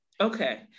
Okay